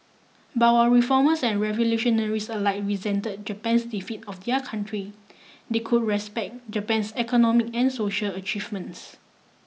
but while reformers and revolutionaries alike resented Japan's defeat of their country they could respect Japan's economic and social achievements